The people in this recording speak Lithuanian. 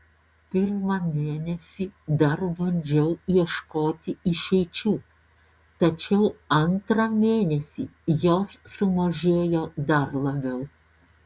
pirmą mėnesį dar bandžiau ieškoti išeičių tačiau antrą mėnesį jos sumažėjo dar labiau